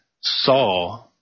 saw